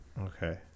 Okay